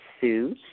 Sue